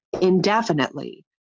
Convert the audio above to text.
Indefinitely